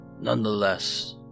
nonetheless